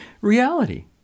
reality